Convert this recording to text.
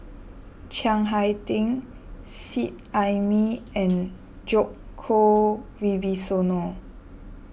Chiang Hai Ding Seet Ai Mee and Djoko Wibisono